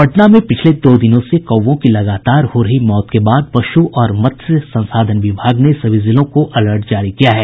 पटना में पिछले दो दिनों से कौओं की लगातार हो रही मौत के बाद पशु और मत्स्य संसाधन विभाग ने सभी जिलों को अलर्ट जारी किया है